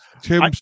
Tim